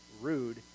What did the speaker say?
rude